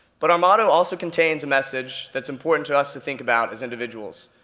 but our motto also contains a message that's important to us to think about as individuals.